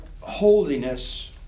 Holiness